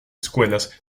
escuelas